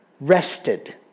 rested